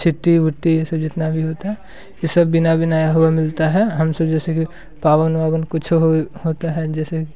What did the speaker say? सिट्टी उट्टी ये सब जितना भी होता है ये सब बुना बुनाया हुआ मिलता है हम सब जैसे कि पावन वावन कुछ हो होता है जैसे